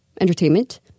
Entertainment